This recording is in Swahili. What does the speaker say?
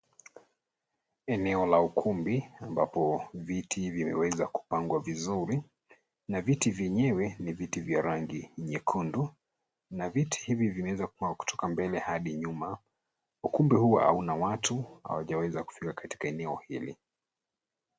Eneo la ukumbi ambapo viti vimeweza kupangwa vizuri na viti vyenyewe ni viti vya rangi nyekundu na viti hivi vimeweza kupangwa kutoka mbele hadi nyuma. Ukumbi huu hauna watu, hawajaweza kufika katika eneo hili.